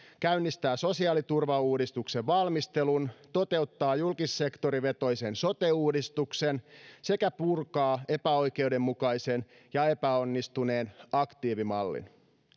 käynnistää sosiaaliturvauudistuksen valmistelun toteuttaa julkissektorivetoisen sote uudistuksen sekä purkaa epäoikeudenmukaisen ja epäonnistuneen aktiivimallin